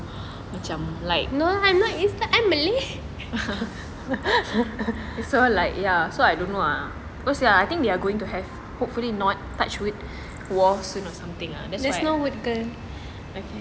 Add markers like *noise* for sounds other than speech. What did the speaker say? macam like so like *laughs* ya so I don't know lah because ya I think they are going to have hopefully not touch wood war soon or something that's why